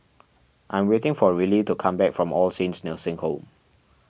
I am waiting for Rillie to come back from All Saints Nursing Home